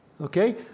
Okay